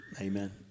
Amen